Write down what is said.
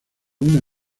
una